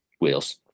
wheels